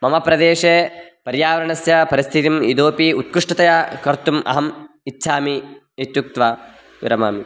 मम प्रदेशे पर्यावरणस्य परिस्थितिम् इतोपि उत्कृष्टतया कर्तुम् अहम् इच्छामि इत्युक्त्वा विरमामि